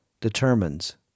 determines